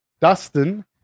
dustin